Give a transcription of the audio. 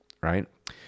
right